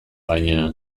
baina